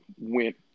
went